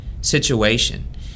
situation